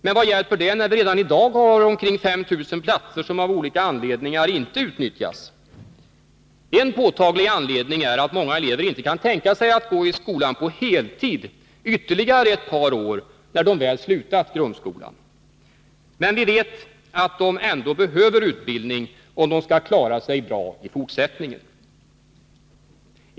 Men vad hjälper det när vi redan i dag har omkring 5 000 platser som av olika anledningar inte utnyttjas? En påtaglig anledning är att många elever inte kan tänka sig att gå i skolan på heltid ytterligare ett par år när de väl slutat grundskolan. Men vi vet att de ändå behöver utbildning om de skall klara sig bra i fortsättningen.